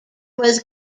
was